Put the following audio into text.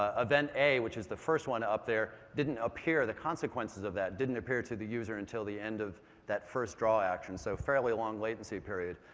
ah event a, which is the first one up there, didn't appear the consequences of that didn't appear to the user until the end of that first draw action so fairly long latency period.